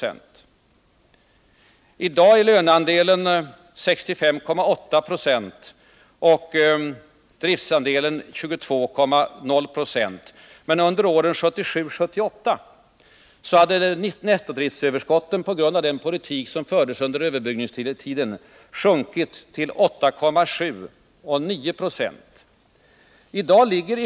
Men under åren 1977 och 1978 uppgick löneandelen till 78,5 20 och 78,8 Ze samt nettodriftsöverskotten på grund av den politik som förts under ”överbryggningstiden” till 8,7 resp. 9 Ze.